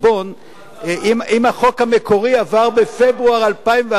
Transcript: אם החוק המקורי עבר בפברואר 2011 אנחנו